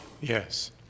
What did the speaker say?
Yes